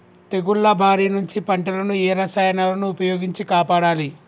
తెగుళ్ల బారి నుంచి పంటలను ఏ రసాయనాలను ఉపయోగించి కాపాడాలి?